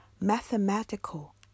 Mathematical